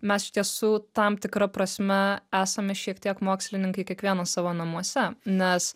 mes iš tiesų tam tikra prasme esame šiek tiek mokslininkai kiekvienas savo namuose nes